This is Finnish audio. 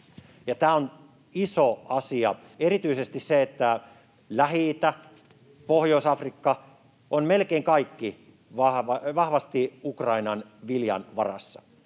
tämä on iso asia. Erityisesti se, että Lähi-itä, Pohjois-Afrikka ovat melkein kaikki vahvasti Ukrainan viljan varassa,